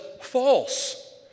false